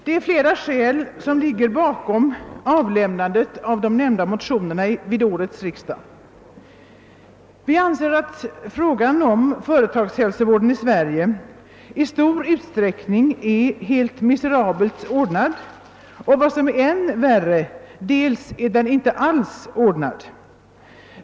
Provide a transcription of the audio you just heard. Det är flera skäl som ligger bakom avlämnandet av de nämnda motionerna vid årets riksdag. Vi anser att frågan om företagshälsovården i Sverige i stor utsträckning är helt miserabelt ordnad. Vad som är än värre är att den delvis inte alls är ordnad.